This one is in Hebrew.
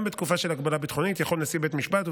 גם בתקופה של הגבלה ביטחונית יכול נשיא בית המשפט,